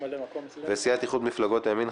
סיעת איחוד מפלגות הימין,